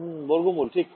বর্গমূল ঠিক